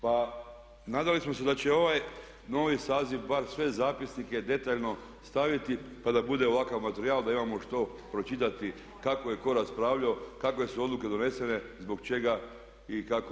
Pa nadali smo se da će ovaj novi saziv bar sve zapisnike detaljno staviti pa da bude ovakav materijal, da imamo što pročitati kako je tko raspravljalo, kakve su odluke donesene, zbog čega i kako.